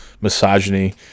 misogyny